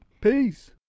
Peace